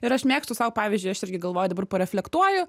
ir aš mėgstu sau pavyzdžiui aš irgi galvoju dabar pareflektuoju